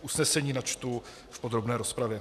Usnesení načtu v podrobné rozpravě.